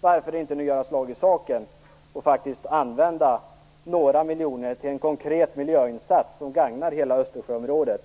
Varför nu inte göra slag i saken och faktiskt använda några miljoner till en konkret miljöinsats som gagnar hela Östersjöområdet?